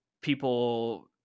people